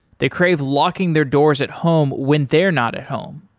they crave locking their doors at home when they're not at home.